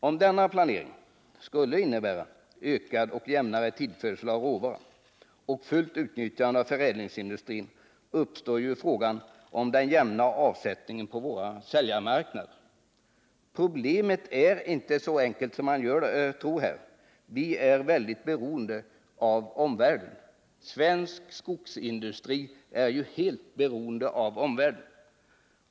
Om denna planering skulle innebära ökad och jämnare tillförsel av råvara och fullt utnyttjande av förädlingsindustrin, uppstår problem med den ojämna avsättningen på våra säljarmarknader. Problemet är inte så enkelt som man tror. Vi är mycket beroende av omvärlden — och svensk skogsindustri är ju helt beroende av omvärlden.